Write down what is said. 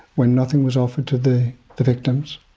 when nothing was offered to the the victims.